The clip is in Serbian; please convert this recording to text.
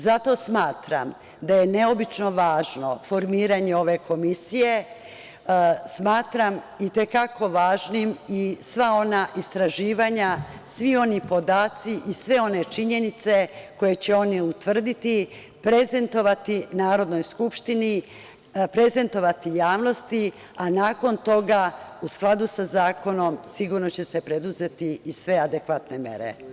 Zato smatram da je neobično važno formiranje ove komisije, smatram itekako važnim i sva ona istraživanja, svi oni podaci i sve one činjenice koje će oni utvrditi, prezentovani Narodnoj skupštini, prezentovati javnost, a nakon toga, u skladu sa zakonom, sigurno će se preduzeti i sve adekvatne mere.